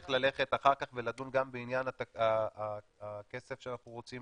צריך ללכת אחר כך ולדון גם בעניין הכסף שאנחנו רוצים